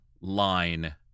line